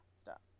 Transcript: Stop